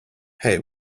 hey